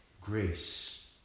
grace